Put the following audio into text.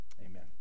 Amen